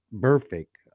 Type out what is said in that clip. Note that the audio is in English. Perfect